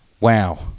wow